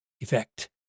effect